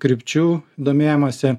krypčių domėjimosi